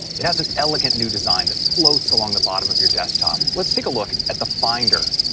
it has an elegant new design that floats along the bottom of your desktop. lets take a look at the finder,